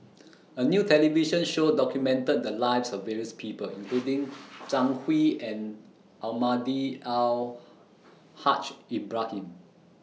A New television Show documented The Lives of various People including Zhang Hui and Almahdi Al Haj Ibrahim